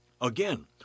Again